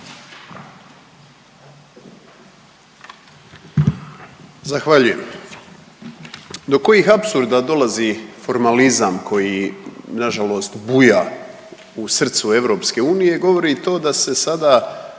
Zahvaljujem. Do kojih apsurda dolazi formalizam koji nažalost buja u srcu EU govori to da se sada